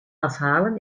afhalen